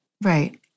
Right